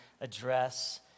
address